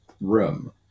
room